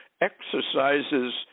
exercises